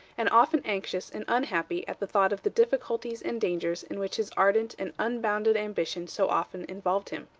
and often anxious and unhappy at the thought of the difficulties and dangers in which his ardent and unbounded ambition so often involved him.